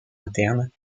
interne